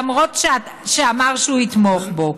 למרות שאמר שיתמוך בו.